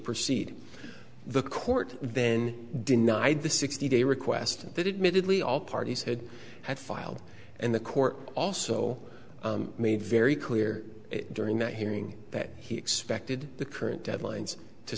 proceed the court then denied the sixty day request that admitted we all parties had had filed and the court also made very clear during the hearing that he expected the current deadlines to